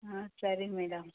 ಹಾಂ ಸರಿ ಮೇಡಮ್